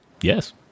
Yes